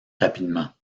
rapidement